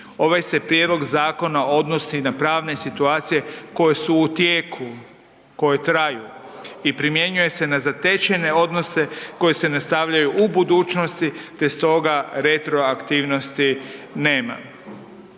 Ovaj se prijedlog zakona odnosi na pravne situacije koje su u tijeku, koje traju i primjenjuje se na zatečene odnose koje se ne stavljaju u budućnosti, te stoga retroaktivnosti nema.